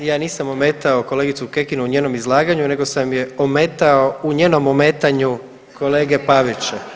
Ne, ja nisam ometao kolegicu Kekin u njenom izlaganju, nego sam je ometao u njenom pitanju kolege Pavića.